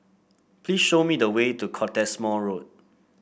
please show me the way to Cottesmore Road